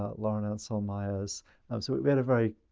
ah lauren and saul myers so we had a very